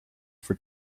for